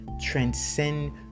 transcend